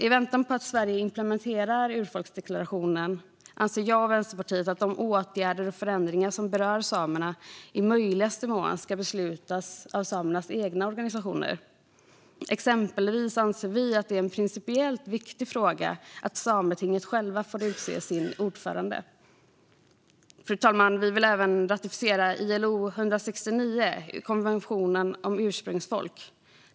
I väntan på att Sverige implementerar urfolksdeklarationen anser jag och Vänsterpartiet att de åtgärder och förändringar som berör samerna i möjligaste mån ska beslutas av samernas egna organisationer. Exempelvis anser vi att det är en principiellt viktig fråga att Sametinget själva utser sin ordförande. Vi vill även ratificera ILO 169, konventionen om ursprungsfolk.